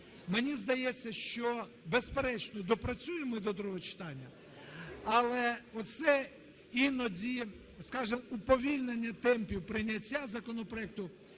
Мені здається, що, безперечно, доопрацюємо ми до другого читання, але оце іноді, скажемо, уповільнення темпів прийняття законопроекту